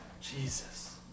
Jesus